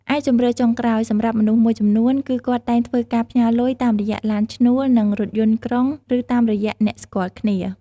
ឯជម្រើសចុងក្រោយ សម្រាប់មនុស្សមួយចំនួនគឺគាត់តែងធ្វើការផ្ញើលុយតាមរយៈឡានឈ្នួលនិងរថយន្តក្រុងឬតាមរយៈអ្នកស្គាល់គ្នា។